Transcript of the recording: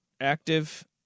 active